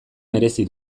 merezi